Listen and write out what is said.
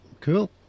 Cool